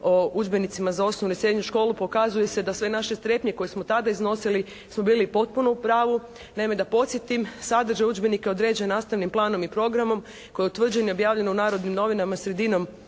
u udžbenicima za osnovnu i srednju školu pokazuje se da sve naše strepnje koje smo tada iznosili smo bili potpuno u pravu. Naime, da podsjetim sadržaj udžbenika određen nastavnim planom i programom koji je utvrđen i objavljen u "Narodnim novinama" sredinom